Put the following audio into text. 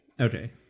Okay